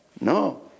No